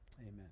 amen